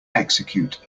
execute